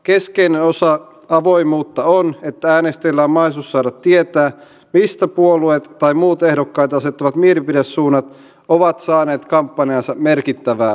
keskeinen osa avoimuutta on että äänestäjillä on mahdollisuus saada tietää mistä puolueet tai muut ehdokkaita asettavat mielipidesuunnat ovat saaneet kampanjaansa merkittävää rahoitusta